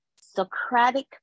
Socratic